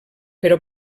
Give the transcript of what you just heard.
però